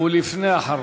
הוא לפני אחרון.